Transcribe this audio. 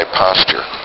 posture